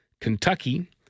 Kentucky